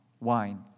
Wine